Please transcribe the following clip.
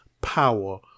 power